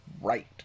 right